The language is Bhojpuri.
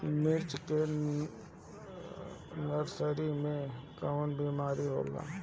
मिर्च के नर्सरी मे कवन बीमारी होला?